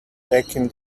taking